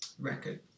record